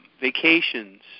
vacations